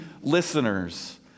listeners